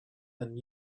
than